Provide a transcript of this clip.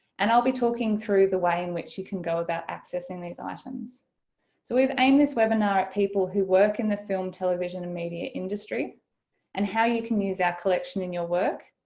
and i'll be talking through the way in which you can go about accessing these items. so we've aimed this webinar at people who work in the film, television and media industry and how you can use our collection in your work,